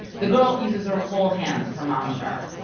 the girl uses her whole hands for mama shark.